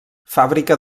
fàbrica